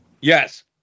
Yes